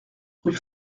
rue